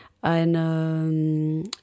eine